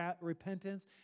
repentance